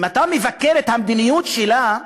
אם אתה מבקר את המדיניות שלה,